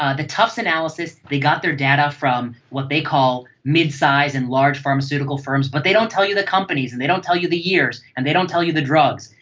ah the tufts analysis, they got their data from what they call mid-size and large pharmaceutical firms but they don't tell you the companies and they don't tell you the years and they don't tell you the drugs.